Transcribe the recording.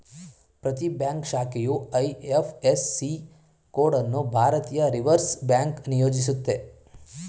ಪ್ರತಿ ಬ್ಯಾಂಕ್ ಶಾಖೆಯು IFSC code ಅನ್ನು ಭಾರತೀಯ ರಿವರ್ಸ್ ಬ್ಯಾಂಕ್ ನಿಯೋಜಿಸುತ್ತೆ